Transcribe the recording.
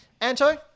Anto